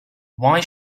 why